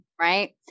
right